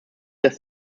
dass